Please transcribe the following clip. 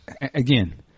again